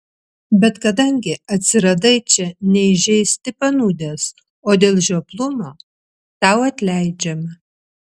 bet kadangi atsiradai čia ne įžeisti panūdęs o dėl žioplumo tau atleidžiama